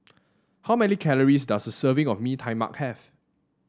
how many calories does a serving of Mee Tai Mak have